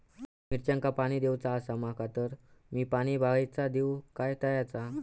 मिरचांका पाणी दिवचा आसा माका तर मी पाणी बायचा दिव काय तळ्याचा?